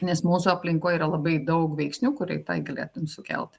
nes mūsų aplinkoje yra labai daug veiksnių kurie tai galėtų sukelt